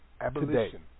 Abolition